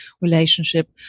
relationship